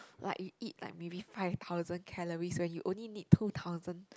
like you eat like maybe five thousand calories when you only need two thousand